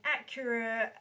accurate